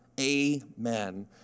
Amen